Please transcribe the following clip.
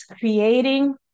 Creating